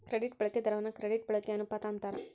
credit ಬಳಕೆ ದರವನ್ನ credit ಬಳಕೆಯ ಅನುಪಾತ ಅಂತಾರ